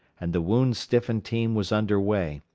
and the wound-stiffened team was under way,